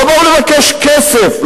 לא באו לבקש כסף,